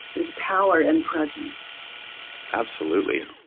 this power and presence absolutely.